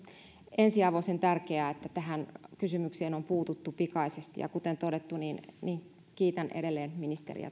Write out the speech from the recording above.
ensiarvoisen tärkeää että tähän kysymykseen on puututtu pikaisesti ja kuten todettu niin niin kiitän edelleen ministeriä